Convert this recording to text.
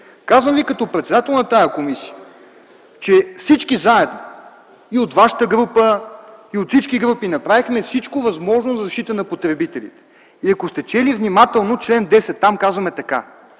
Казвам Ви като председател на тази комисия, че всички заедно – и от вашата група, и от всички групи направихме всичко възможно за защита на потребителите. И ако сте чели внимателно чл. 10, там казваме така: